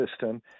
system